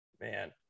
man